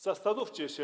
Zastanówcie się.